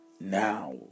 now